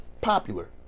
popular